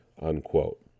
unquote